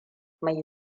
mai